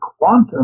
quantum